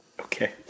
Okay